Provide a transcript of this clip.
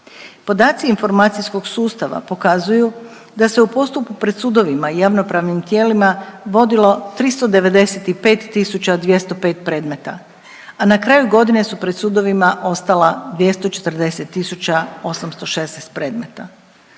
Podaci informacijskog sustava pokazuju da se u postupku pred sudovima i javnopravnim tijelima vodilo 395 tisuća 205 predmeta, a na kraju godine su pred sudovima ostala 240 tisuća 816 predmeta.